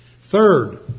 Third